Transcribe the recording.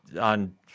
on